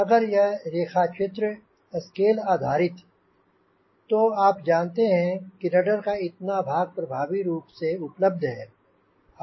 अगर यह रेखा चित्र स्केल आधारित तो आप जानते हैं कि रडर का इतना भाग प्रभावी रूप से उपलब्ध है